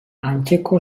antzeko